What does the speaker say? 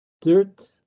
dirt